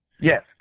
Yes